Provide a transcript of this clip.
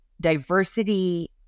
diversity